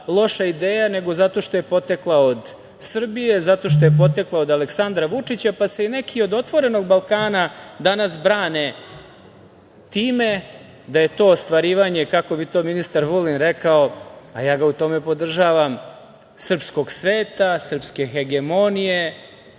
loša ideja, nego zato što je potekla od Srbije, zato što je potekla od Aleksandra Vučića, pa se i neki od „Otvorenog Balkana“ danas brane time da je to ostvarivanje, kako bi to ministar Vulin rekao, a ja ga u tome podržavam, srpskog sveta, srpske hegemonije,